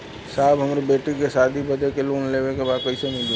साहब हमरे बेटी के शादी बदे के लोन लेवे के बा कइसे मिलि?